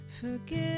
forgive